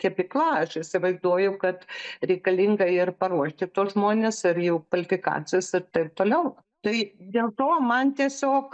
kepykla aš įsivaizduoju kad reikalinga ir paruošti tuos žmones ar jau kvalifikacijos ir taip toliau tai dėl to man tiesiog